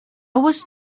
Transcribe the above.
was